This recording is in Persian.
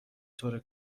طور